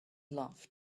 love